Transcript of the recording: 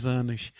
anos